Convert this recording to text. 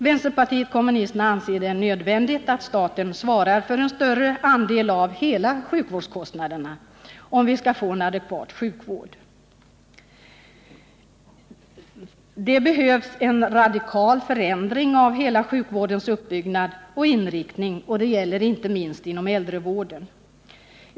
Vpk anser det nödvändigt att staten svarar för en större andel av hela sjukvårdskostnaderna, om vi skall få en adekvat sjukvård. Det behövs en radikal förändring av hela sjukvårdens uppbyggnad och inriktning. Det gäller inte minst äldrevården.